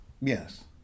Yes